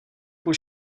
půl